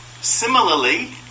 similarly